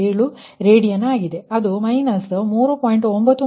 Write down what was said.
08687 radian ಆಗಿದೆ ಅದು 3